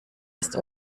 ist